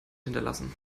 hinterlassen